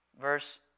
Verse